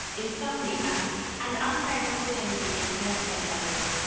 insomnia and unfavorable changes in cholesterol levels.